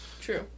True